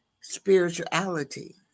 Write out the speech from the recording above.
Spirituality